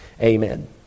Amen